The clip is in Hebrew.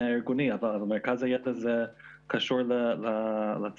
הארגוני אבל מרכז הידע קשור לצבא.